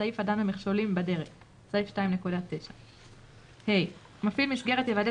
בסעיף הדן במכשולים בדרך (סעיף 2.9). מפעיל מסגרת יוודא